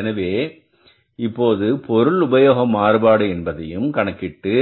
எனவே இப்போது பொருள் உபயோக மாறுபாடு என்பதையும் கணக்கீட்டு